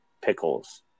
pickles